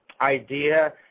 idea